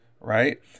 right